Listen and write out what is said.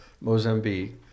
Mozambique